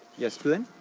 yes, blynn?